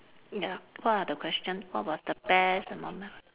ya what are the question what was the best among them